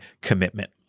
commitment